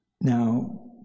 now